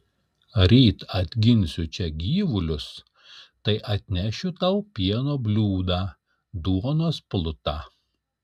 ryt atginsiu čia gyvulius tai atnešiu tau pieno bliūdą duonos plutą